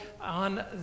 on